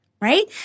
Right